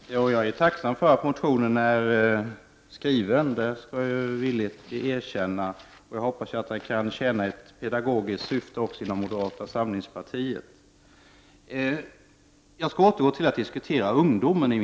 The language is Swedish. Fru talman! Jag är tacksam för att motionen är skriven. Det skall jag villigt erkänna. Och jag hoppas att den kan tjäna ett pedagogiskt syfte också inom moderata samlingspartiet. Jag skall återgå till att diskutera ungdomen.